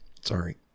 Sorry